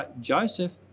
Joseph